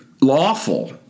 lawful